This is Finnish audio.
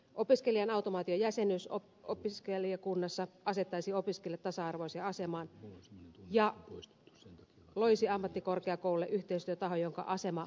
opiskelijan automaatiojäsenyys opiskelijakunnassa asettaisi opiskelijat tasa arvoiseen asemaan ja loisi ammattikorkeakouluille yhteistyötahon jonka asema olisi kiistaton